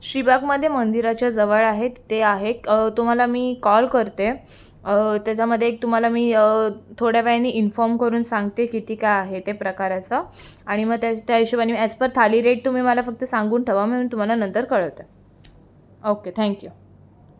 श्री बागमध्ये मंदिराच्याजवळ आहेत ते आहे तुम्हाला मी कॉल करते त्याच्यामध्ये एक तुम्हाला मी थोड्या वेळानी इन्फॉर्म करून सांगते किती काय आहे ते प्रकाराच आणि मग त्या त्या हिशॊबाने ॲज पर थाली रेट तुम्ही मला फक्त सांगून ठेवा मी तुम्हाला नंतर कळवते ओके थँक्यू